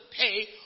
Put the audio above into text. pay